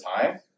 time